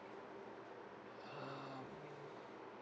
oo